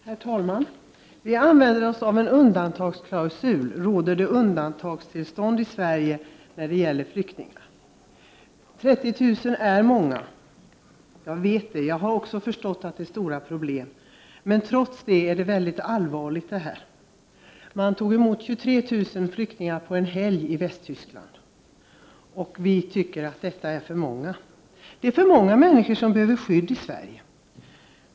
Herr talman! Vi använder oss av en undantagsklausul. Råder det undantagstillstånd i Sverige när det gäller flyktingar? 30000 är många. Jag vet det. Jag har också förstått att det är stora problem. Trots det är detta mycket allvarligt. Man tog emot 23 000 flyktingar på en helg i Västtyskland, och vi tycker att detta är för många. Det är för många människor som behöver skydd i Sverige.